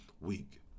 week